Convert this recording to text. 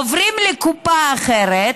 עוברים לקופה אחרת,